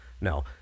no